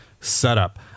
setup